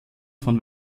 von